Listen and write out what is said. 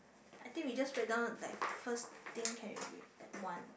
I think we just write down like first thing can already like one